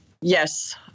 Yes